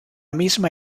misma